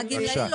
אדוני,